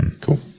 Cool